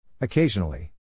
Occasionally